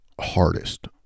hardest